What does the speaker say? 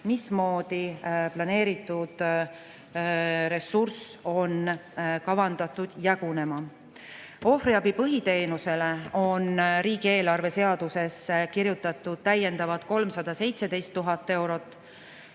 mismoodi planeeritud ressurss on kavandatud jagunema. Ohvriabi põhiteenusele on riigieelarve seaduses kirjutatud täiendavalt 317 000 eurot,